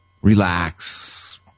Relax